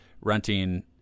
renting